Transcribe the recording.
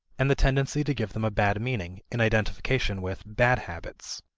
and the tendency to give them a bad meaning, an identification with bad habits.